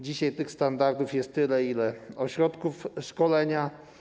Dzisiaj tych standardów jest tyle, ile ośrodków szkolenia.